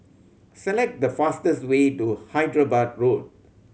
select the fastest way to Hyderabad Road